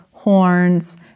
horns